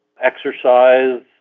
exercise